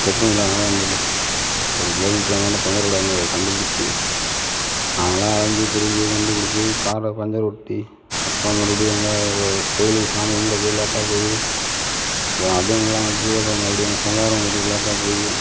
stepney இல்லாததனால் வண்டியில மூணு கிலோமீட்டர் அந்தாண்ட பஞ்சர் ஓட்ட கண்டுபிடிச்சி நாங்களாம் அலைஞ்சி திரிந்து கண்டுபிடிச்சி காரில் பஞ்சர் ஒட்டி அப்புறம் மறுபடியும் அங்கே கோவிலுக்கு சாமி கும்பிட போய் லேட்டாக போய் அப்புறம் அதுவும் இல்லாமல் போய் அப்புறம் மறுபடியும் எங்க சொந்தகாரவங்க வீட்டுக்கு லேட்டாக போய்